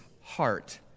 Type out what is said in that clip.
heart